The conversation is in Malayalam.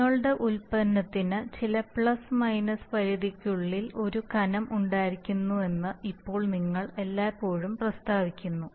നിങ്ങളുടെ ഉൽപ്പന്നത്തിന് ചില പ്ലസ് മൈനസ് പരിധിക്കുള്ളിൽ ഒരു കനം ഉണ്ടായിരിക്കുമെന്ന് ഇപ്പോൾ നിങ്ങൾ എല്ലായ്പ്പോഴും പ്രസ്താവിക്കുന്നു